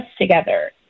together